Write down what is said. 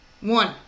One